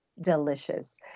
delicious